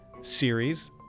series